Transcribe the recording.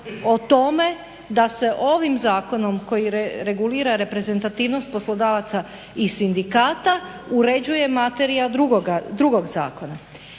o tome da se ovim zakonom koji regulira reprezentativnost poslodavaca i sindikata uređuje materija drugog zakona.